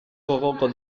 gogoko